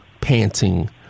panting